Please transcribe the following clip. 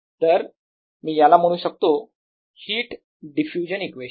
तर मी याला म्हणू शकतो हिट डिफ्युजन इक्वेशन